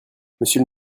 monsieur